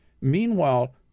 Meanwhile